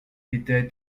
était